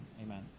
Amen